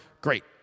great